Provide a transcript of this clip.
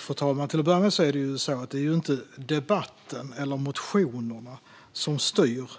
Fru talman! Till att börja med är det inte debatten eller motionerna som styr